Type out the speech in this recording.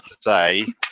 today